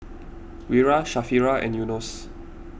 Wira Sharifah and Yunos